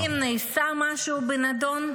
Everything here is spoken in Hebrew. האם נעשה משהו בנדון?